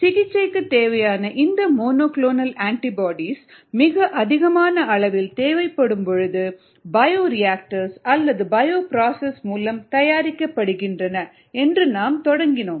சிகிச்சைக்கு தேவையான இந்த மோனோ குளோனல் அண்டிபோடீஸ் மிக அதிகமான அளவில் தேவைப்படும் பொழுது பயோரியாக்டர்ஸ் அல்லது பயோபுரோசெஸ் மூலம் தயாரிக்கப்படுகின்றன என்று நாம் தொடங்கினோம்